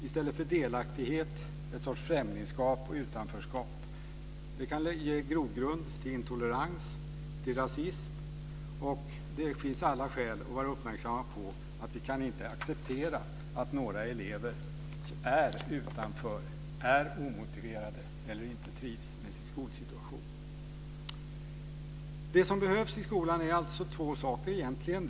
I stället för delaktighet känner de en sorts främlingskunskap och utanförskap. Det kan ge grogrund till intolerans och rasism. Det finns alla skäl att vara uppmärksam på att vi inte kan acceptera att några elever är utanför, är omotiverade eller inte trivs med sin skolsituation. Det som behövs i skolan är alltså två saker egentligen.